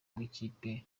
bw’ikipe